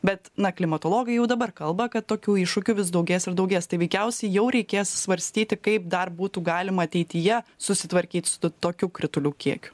bet na klimatologai jau dabar kalba kad tokių iššūkių vis daugės ir daugės tai veikiausiai jau reikės svarstyti kaip dar būtų galima ateityje susitvarkyt su tokiu kritulių kiekiu